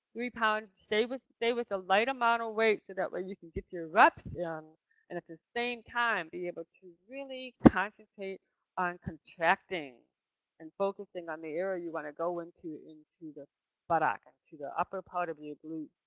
three pounds, stay with, stay with the light amount of weight, so, that way you can get your reps done and at the same time, be able to really concentrate on contracting and focusing on the area you want to go into, into the but buttocks, to the upper part of your glute.